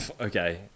Okay